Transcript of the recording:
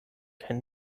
kaj